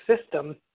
system